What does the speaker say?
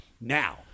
Now